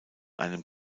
einem